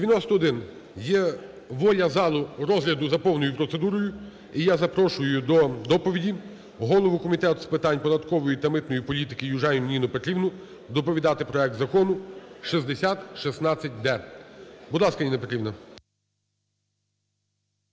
За-91 Є воля залу розгляду за повною процедурою, і я запрошую до доповіді голову Комітету з питань податкової та митної політики Южаніну Ніну Петрівну доповідати проект Закону 6016-д. Будь ласка, Ніна Петрівна.